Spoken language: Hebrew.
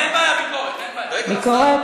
דווקא מי שלא מציע יכול, מי שלא מציע,